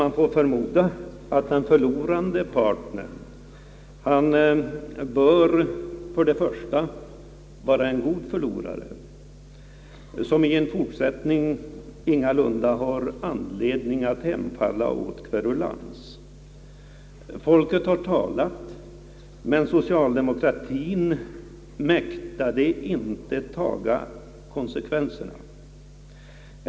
Man borde förmoda att den förlorande parten skulle vara en god förlorare, som i en fortsättning ingalunda har anledning att hemfalla åt kverulans. Folket har talat — men socialdemokratien mäktade inte att taga konsekvenserna.